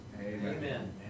Amen